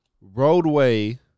roadway